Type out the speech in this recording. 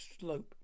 slope